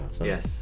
Yes